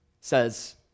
says